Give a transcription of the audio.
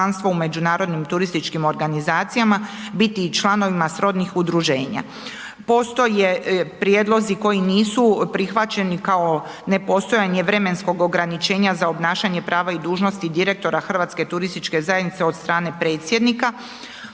u međunarodnim turističkim organizacijama biti i članovima srodnih udruženja. Postoje prijedlozi koji nisu prihvaćeni kao nepostojanje vremenskog ograničenja za obnašanje prava i dužnosti direktora HTZ od strane predsjednika